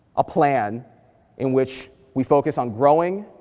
a plan in which we focus on growing,